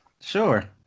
sure